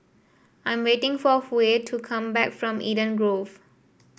I am waiting for Huey to come back from Eden Grove